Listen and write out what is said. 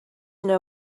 know